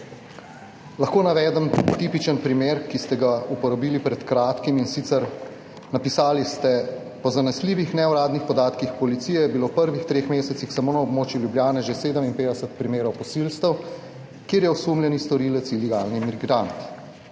Lahko navedem tipičen primer, ki ste ga uporabili pred kratkim, in sicer napisali ste, po zanesljivih neuradnih podatkih policije je bilo v prvih treh mesecih samo na območju Ljubljane že 57 primerov posilstev, kjer je osumljeni storilec ilegalni migrant.